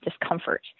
discomfort